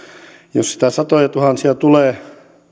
jos sitä satojatuhansia tulee